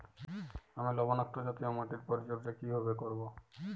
আমি লবণাক্ত জাতীয় মাটির পরিচর্যা কিভাবে করব?